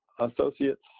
associates